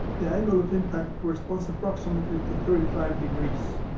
the angle of impact corresponds approximately to thirty five degrees.